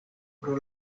pro